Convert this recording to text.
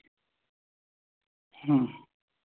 ہاں